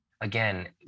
again